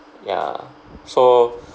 ya so